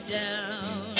down